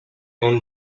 own